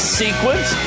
sequence